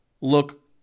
look